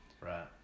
Right